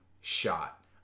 shot